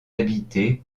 habitée